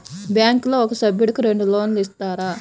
బ్యాంకులో ఒక సభ్యుడకు రెండు లోన్లు ఇస్తారా?